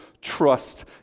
trust